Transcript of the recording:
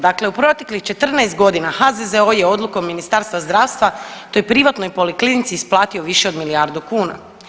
Dakle u proteklih 14 godina HZZO je odlukom Ministarstva zdravstva toj privatnoj poliklinici isplatio više od milijardu kuna.